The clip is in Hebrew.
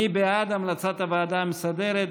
מי בעד המלצת הוועדה המסדרת?